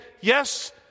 yes